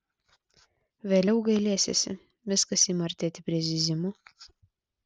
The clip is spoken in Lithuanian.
vėliau gailėsiesi viskas ima artėti prie zyzimo